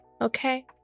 okay